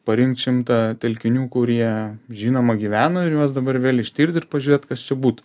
parinkt šimtą telkinių kurie žinoma gyveno ir juos dabar vėl ištirti ir pažiūrėt kas čia būtų